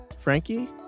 Frankie